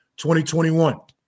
2021